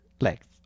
Legs